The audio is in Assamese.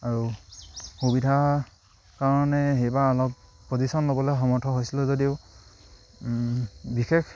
আৰু সুবিধা কাৰণে সেইবাৰ অলপ পজিশ্যন ল'বলৈ সমৰ্থ হৈছিলোঁ যদিও বিশেষ